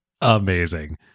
Amazing